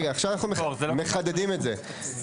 עכשיו אנחנו מחדדים את זה.